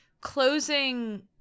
closing